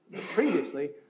previously